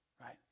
right